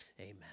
Amen